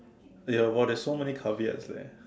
ya but there's so many caveats leh